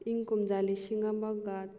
ꯏꯪ ꯀꯨꯝꯖꯥ ꯂꯤꯁꯤꯡ ꯑꯃꯒ